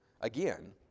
again